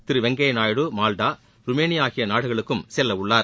திரு Venkaiah Naidu Malta Romania ஆகிய நாடுகளுக்கும் செல்லவுள்ளார்